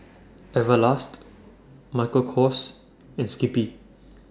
Everlast Michael Kors and Skippy